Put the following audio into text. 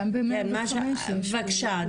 כן, מאשה, בבקשה,